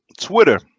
Twitter